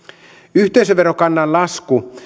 yhteisöverokannan lasku